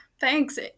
Thanks